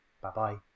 bye-bye